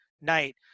night